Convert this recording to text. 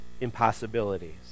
impossibilities